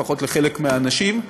לפחות לחלק מהאנשים.